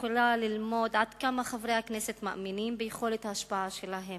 יכולה ללמוד עד כמה חברי הכנסת מאמינים ביכולת ההשפעה שלהם,